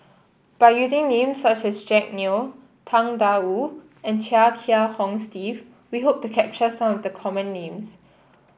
by using names such as Jack Neo Tang Da Wu and Chia Kiah Hong Steve we hope to capture some of the common names